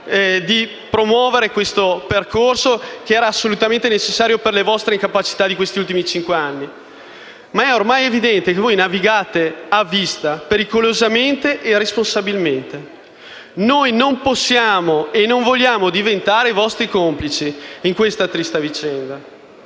di promuovere questo percorso che era assolutamente necessario per le vostre incapacità di questi ultimi cinque anni. Ma è ormai evidente che voi navigate a vista, pericolosamente e irresponsabilmente. Noi non possiamo e non vogliamo diventare vostri complici in questa triste vicenda.